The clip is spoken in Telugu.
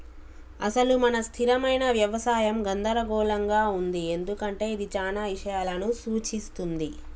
అసలు మన స్థిరమైన యవసాయం గందరగోళంగా ఉంది ఎందుకంటే ఇది చానా ఇషయాలను సూఛిస్తుంది